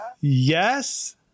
Yes